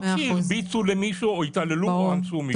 לא כשהרביצו למישהו או התעללו בו עד שהוא מת.